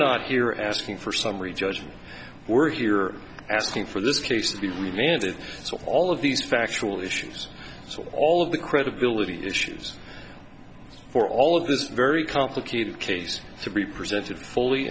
not here asking for summary judgment we're here asking for this case to be remanded so all of these factual issues so all of the credibility issues for all of this very complicated case to be presented fully